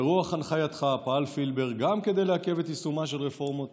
"ברוח הנחייתך פעל פילבר גם כדי לעכב את יישומה של רפורמת